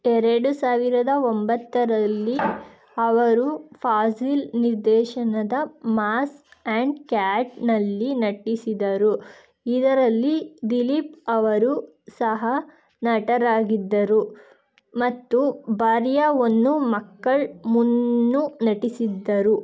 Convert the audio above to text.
ಎರಡು ಸಾವಿರದ ಒಂಬತ್ತರಲ್ಲಿ ಅವರು ಫಾಜಿಲ್ ನಿರ್ದೇಶನದ ಮಾಸ್ ಆ್ಯಂಡ್ ಕ್ಯಾಟ್ನಲ್ಲಿ ನಟಿಸಿದರು ಇದರಲ್ಲಿ ದಿಲೀಪ್ ಅವರು ಸಹನಟರಾಗಿದ್ದರು ಮತ್ತು ಭಾರ್ಯಾ ಒನ್ನು ಮಕ್ಕಳ್ ಮೂನ್ನು ನಟಿಸಿದ್ದರು